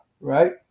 right